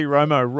Romo